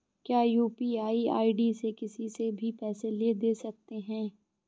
क्या UPI ID से किसी से भी पैसे ले दे सकते हैं?